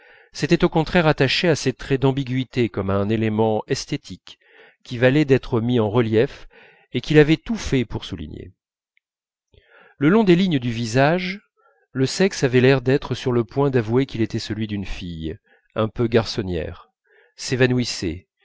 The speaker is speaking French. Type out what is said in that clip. s'était au contraire attaché à ces traits d'ambiguïté comme à un élément esthétique qui valait d'être mis en relief et qu'il avait tout fait pour souligner le long des lignes du visage le sexe avait l'air d'être sur le point d'avouer qu'il était celui d'une fille un peu garçonnière s'évanouissait